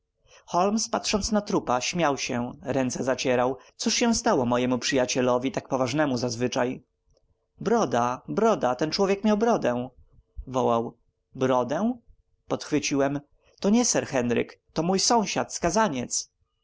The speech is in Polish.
patrząc na trupa śmiał się ręce zacierał cóż się stało mojemu przyjacielowi tak poważnemu zazwyczaj broda broda ten człowiek miał brodę wołał brodę podchwyciłem to nie sir henryk to mój sąsiad skazaniec